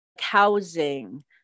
housing